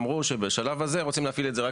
אמרו שבשלב הזה רוצים להפעיל את זה רק